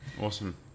Awesome